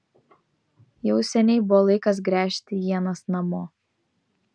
jau seniai buvo laikas gręžti ienas namo